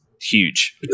huge